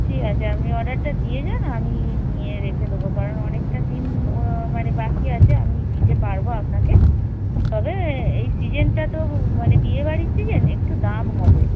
ঠিক আছে আপনি অর্ডারটা দিয়ে যান আমি নিয়ে রেখে দেবো কারণ অনেকটা দিন মানে বাকি আছে আমি দিতে পারব আপনাকে তবে এই সিজনটা তো মানে বিয়েবাড়ির সিজন একটু দাম হবে